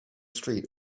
street